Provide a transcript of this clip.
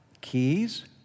keys